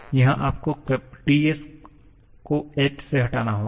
यहां आपको TS को H से घटाना होगा